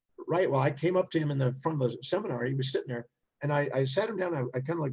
right? well, i came up to him in the front of the seminar. he was sitting there and i sat him down. i i kind of like,